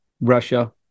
Russia